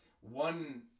One